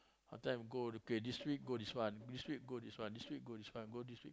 part time go okay this week go this one this week go this one this week go this one go this week